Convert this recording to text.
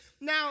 Now